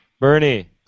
Bernie